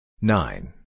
Nine